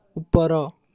ଉପର